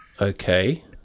Okay